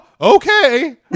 okay